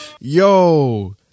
Yo